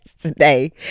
today